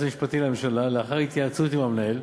המשפטי לממשלה לאחר התייעצות עם המנהל,